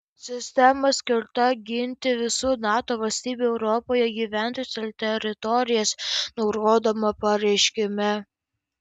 sistema skirta ginti visų nato valstybių europoje gyventojus ir teritorijas nurodoma pareiškime